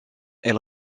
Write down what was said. elle